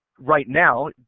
right now,